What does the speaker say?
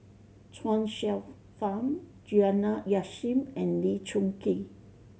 Chuang Hsueh Fang Juliana Yasin and Lee Choon Kee